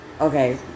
Okay